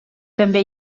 també